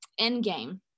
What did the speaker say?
Endgame